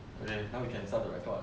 okay now we can start to record